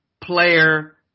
player